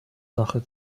sache